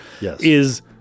Yes